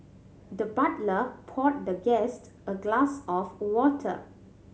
the butler poured the guest a glass of water